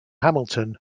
hamilton